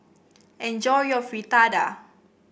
enjoy your Fritada